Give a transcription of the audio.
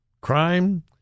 crime